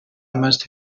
must